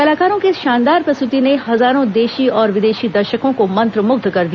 कलाकारों की इस शानदार प्रस्तुति ने हजारों देशी और विदेशी दर्शकों को मंत्रमुग्ध कर दिया